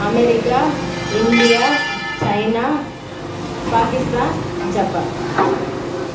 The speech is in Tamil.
America India China Pakistan Japan